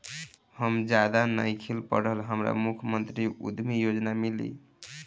हम ज्यादा नइखिल पढ़ल हमरा मुख्यमंत्री उद्यमी योजना मिली?